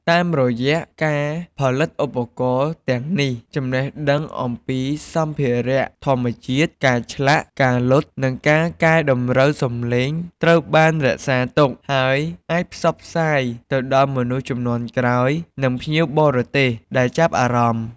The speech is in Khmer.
តាមរយៈការផលិតឧបករណ៍ទាំងនេះ ចំណេះដឹងអំពីសម្ភារៈធម្មជាតិ ការឆ្លាក់ ការលត់ និងការកែតម្រូវសម្លេងត្រូវបានរក្សាទុក ហើយអាចផ្សព្វផ្សាយទៅដល់មនុស្សជំនាន់ក្រោយ និងភ្ញៀវបរទេសដែលចាប់អារម្មណ៍។